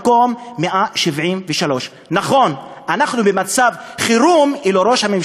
מקום 173. הנמוך ביותר מקום 1,